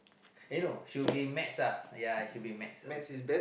uh no she will be maths uh ya she will be maths